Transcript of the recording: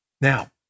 Now